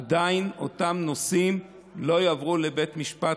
עדיין אותם נושאים לא יעברו לבית משפט